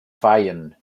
feiern